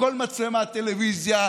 לכל מצלמת טלוויזיה,